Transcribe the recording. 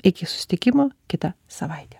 iki susitikimo kitą savaitę